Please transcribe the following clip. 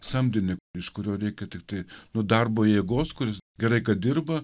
samdinį iš kurio reikia tiktai nu darbo jėgos kuris gerai kad dirba